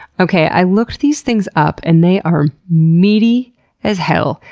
okay, i looked these things up, and they are meaty as hell.